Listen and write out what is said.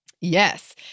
Yes